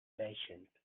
patient